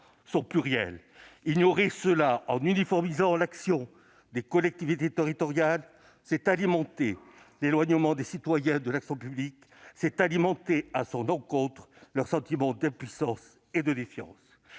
sont pluriels. Ignorer cela en uniformisant l'action des collectivités territoriales, c'est aggraver l'éloignement des citoyens de l'action publique ; c'est alimenter à leur encontre ce sentiment d'impuissance et de défiance.